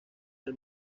del